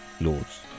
Lords